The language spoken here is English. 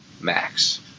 max